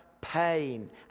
pain